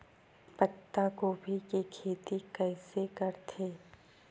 पत्तागोभी के खेती कइसे करथे?